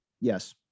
yes